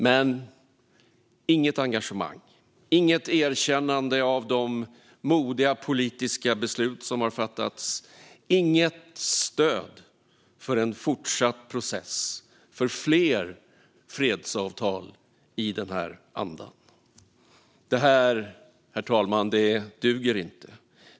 Men det finns inget engagemang, inget erkännande av de modiga politiska beslut som har fattats, inget stöd för en fortsatt process och för fler fredsavtal i denna anda. Herr talman! Detta duger inte.